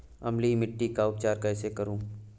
अम्लीय मिट्टी का उपचार कैसे करूँ?